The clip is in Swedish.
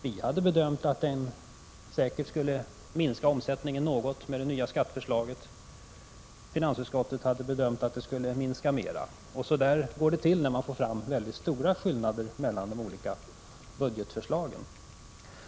Vi hade bedömt att den nya skatten säkert skulle minska omsättningen något. Finansutskottet hade bedömt att den skulle minska mer. Så går det till när det är stora skillnader mellan de olika budgetförslagen.